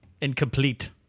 Incomplete